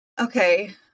okay